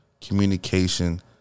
communication